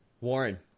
Warren